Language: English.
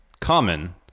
common